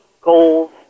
goals